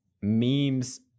memes